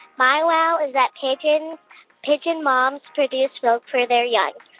my wow is that pigeon pigeon moms produce milk for their young,